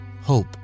hope